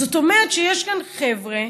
זאת אומרת שיש כאן חבר'ה,